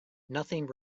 nothing